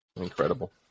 Incredible